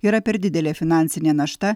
yra per didelė finansinė našta